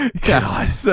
God